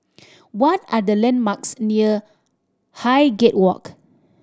what are the landmarks near Highgate Walk